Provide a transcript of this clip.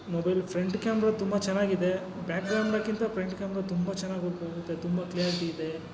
mobile front camera ತುಂಬ ಚೆನ್ನಾಗಿ ಇದೆ ಬ್ಯಾಕ್ ಕ್ಯಾಮ್ರಕ್ಕಿಂತ ಫ್ರೆಂಟ್ ಕ್ಯಾಮ್ರ ತುಂಬ ಚೆನ್ನಾಗಿ ವರ್ಕ್ ಆಗುತ್ತೆ ತುಂಬ ಕ್ಲ್ಯಾರಿಟಿ ಇದೆ